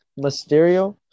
Mysterio